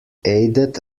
aided